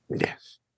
Yes